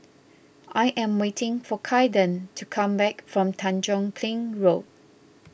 I am waiting for Kaiden to come back from Tanjong Kling Road